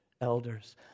elders